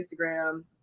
Instagram